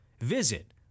Visit